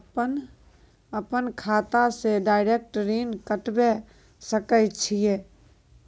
अपन खाता से डायरेक्ट ऋण कटबे सके छियै?